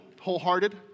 wholehearted